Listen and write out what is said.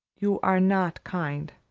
you are not kind,